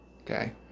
okay